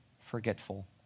forgetful